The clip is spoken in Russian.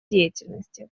деятельности